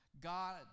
God